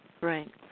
Right